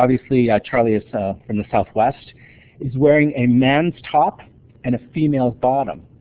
obviously charlie is from the southwest is wearing a man's top and a female's bottom,